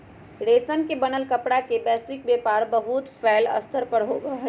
रेशम से बनल कपड़ा के वैश्विक व्यापार बहुत फैल्ल स्तर पर होबा हई